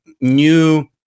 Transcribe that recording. new